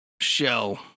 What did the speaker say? shell